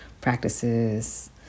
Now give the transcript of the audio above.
practices